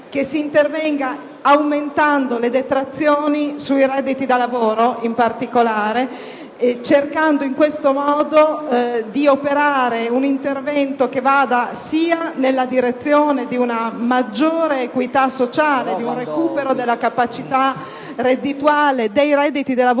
che si intervenga aumentando le detrazioni, in particolare sui redditi da lavoro, cercando in questo modo di operare un intervento che vada sia nella direzione di una maggiore equità sociale e di un recupero della capacità reddituale dei redditi da lavoro,